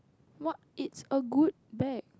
what is a good bag